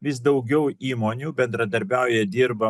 vis daugiau įmonių bendradarbiauja dirba